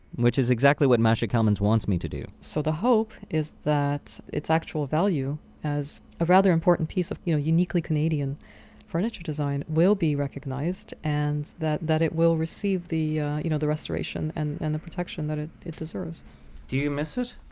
which is exactly what masha kelmans wants me to do so the hope is that its actual value as a rather important piece of you know uniquely canadian furniture design will be recognized and that that it will receive the yeah you know the restoration and and the protection that it it deserves do you miss it?